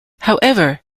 however